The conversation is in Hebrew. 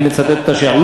אני מצטט את השאלה.